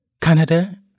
Canada